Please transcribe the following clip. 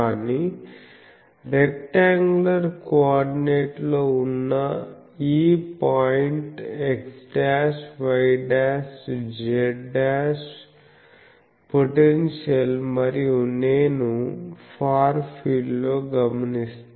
కానీ రెక్టాంగ్యులర్ కోఆర్డినేట్లో ఉన్న ఈ పాయింట్ xyz పొటెన్షియల్ మరియు నేను ఫార్ ఫీల్డ్ లో గమనిస్తున్నాను